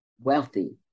wealthy